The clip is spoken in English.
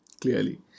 clearly